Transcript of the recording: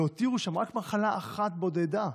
הותירו שם רק מחלה אחת בודדה,